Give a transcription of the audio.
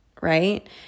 Right